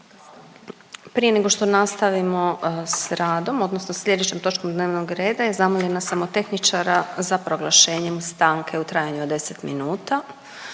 Prije nego što nastavimo s radom odnosno slijedećom točkom dnevnog reda zamoljena sam od tehničara za proglašenjem stanke u trajanju od 10 minuta